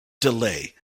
delay